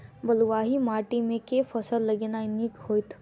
बलुआही माटि मे केँ फसल लगेनाइ नीक होइत?